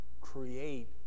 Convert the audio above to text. create